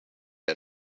had